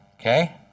Okay